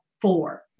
four